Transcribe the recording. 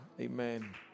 Amen